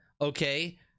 okay